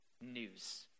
news